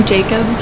Jacob